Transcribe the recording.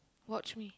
watch me